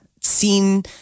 seen